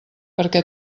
perquè